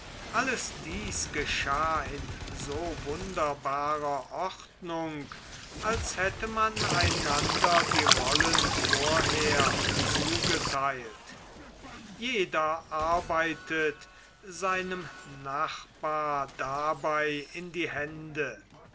alles dies geschah in so wunderbarer ordnung als hätte man einander die rollen vorher zugetheilt jeder arbeitete seinem nachbar dabei in die hände